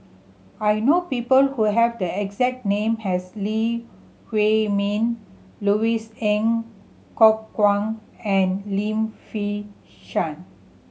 I know people who have the exact name as Lee Huei Min Louis Ng Kok Kwang and Lim Fei Shen